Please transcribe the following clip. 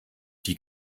die